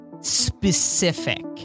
specific